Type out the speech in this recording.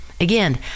Again